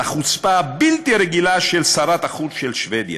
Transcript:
על החוצפה הבלתי-רגילה של שרת החוץ של שבדיה.